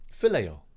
phileo